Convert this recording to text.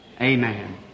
amen